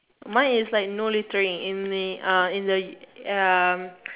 mine is like no littering in the uh in the u~ um